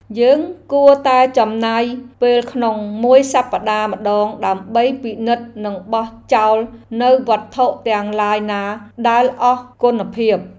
យើងគួរតែចំណាយពេលក្នុងមួយសប្តាហ៍ម្តងដើម្បីពិនិត្យនិងបោះចោលនូវវត្ថុទាំងឡាយណាដែលអស់គុណភាព។